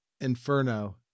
Inferno